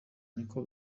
niko